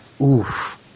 oof